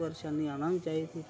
परेशानी आना बी चाहिदी